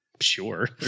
Sure